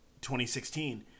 2016